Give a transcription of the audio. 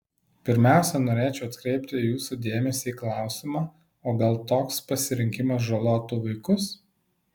pirmiausiai norėčiau atkreipti jūsų dėmesį į klausimą o gal toks pasirinkimas žalotų vaikus